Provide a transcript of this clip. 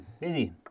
busy